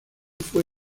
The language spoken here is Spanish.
fue